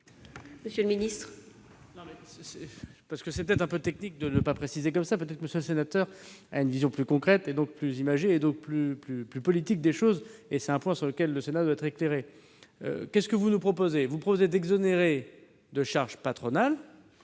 monsieur le ministre,